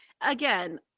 again